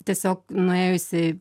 tiesiog nuėjusi